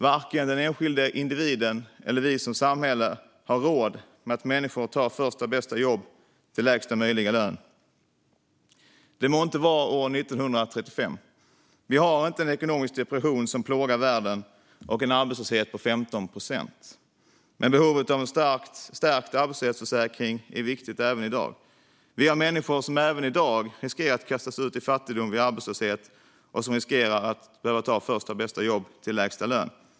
Varken den enskilde individen eller vi som samhälle har råd med att människor tar första bästa jobb till lägsta möjliga lön. Det må inte vara år 1935. Vi har inte en ekonomisk depression som plågar världen och en arbetslöshet på 15 procent, men behovet av en stärkt arbetslöshetsförsäkring är viktigt även i dag. Vi har människor som även i dag riskerar att kastas ut i fattigdom vid arbetslöshet och som riskerar att behöva ta första bästa jobb till lägsta lön.